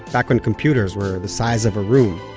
back when computers were the size of a room.